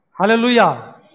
Hallelujah